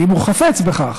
אם הוא חפץ בכך,